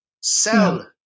sell